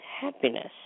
happiness